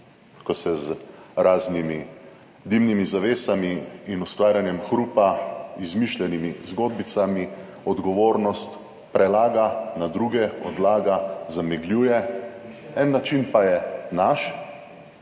ko se z raznimi dimnimi zavesami in ustvarjanjem hrupa, izmišljenimi zgodbicami, odgovornost prelaga na druge, odlaga, zamegljuje. En način pa je naš,